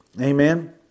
Amen